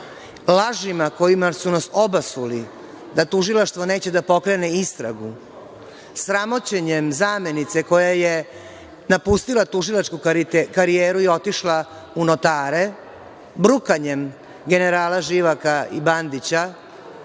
lažima kojima su nas obasuli da tužilaštvo neće da pokrene istragu, sramoćenjem zamenice koja je napustila tužilačku karijeru i otišla u notare, brukanjem generala Živaka i Bandića